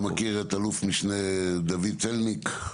אתה מכיר את אלוף-משנה דוד צלניק?